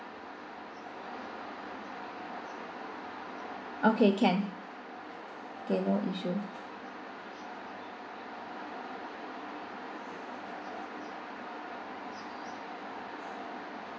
okay can okay no issue